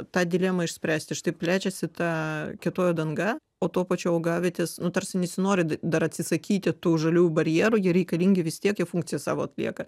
tą dilemą išspręsti štai plečiasi ta kietoji danga o tuo pačiu augavietės nu tarsi nesinori dar atsisakyti tų žaliųjų barjerų jie reikalingi vis tiek jie funkciją savo atlieka